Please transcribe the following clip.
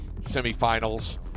semifinals